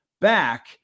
back